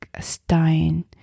Stein